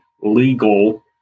legal